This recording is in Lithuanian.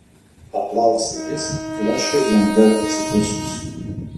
paklausė jis flešui lengviau atsidusus